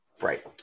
right